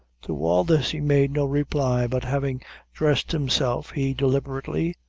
to all this he made no reply, but having dressed himself, he deliberately,